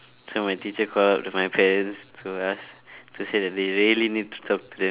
so my teacher called up my parents to ask to say that they really need to talk to them